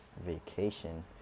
vacation